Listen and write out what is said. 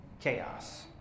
chaos